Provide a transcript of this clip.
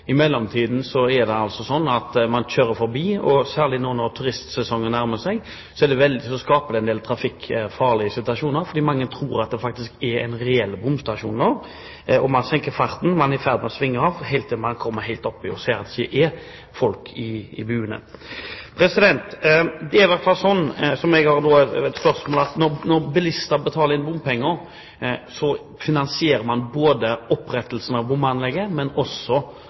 I mellomtiden er det altså slik at man kjører forbi, og særlig nå, når turistsesongen nærmer seg, skaper det en del trafikkfarlige situasjoner, for mange tror faktisk at dette er en reell bomstasjon. Man senker farten, man er i ferd med å svinge av, helt til man kommer helt bort til bomstasjonen og ser at det ikke er folk i buene. Det er i hvert fall slik at når bilister betaler bompenger, finansierer man opprettelsen av bomanlegget. Man finansierer også